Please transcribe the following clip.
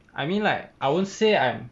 I mean like I won't say I'm